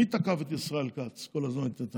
מי תקף כל הזמן את ישראל כץ ואת נתניהו?